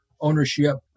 ownership